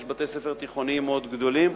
יש בתי-ספר תיכוניים מאוד גדולים.